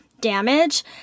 damage